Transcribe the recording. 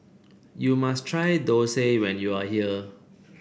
you must try thosai when you are here